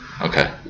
Okay